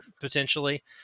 potentially